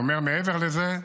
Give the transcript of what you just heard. אני אומר מעבר לזה,